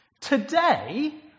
Today